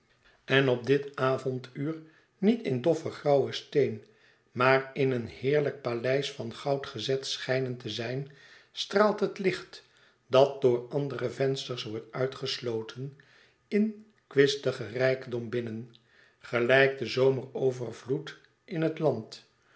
en op dit avonduur niet in doffen grauwen steen maar in êen heerlijk paleis van goud gezet schijnen te zijn straalt het licht dat door andere vensters wordt uitgesloten in kwistigen rijkdom binnen gelijk de zomerovervloed in het land